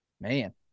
Man